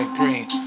green